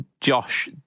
Josh